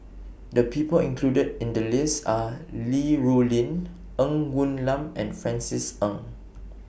The People included in The list Are Li Rulin Ng Woon Lam and Francis Ng